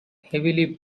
heavily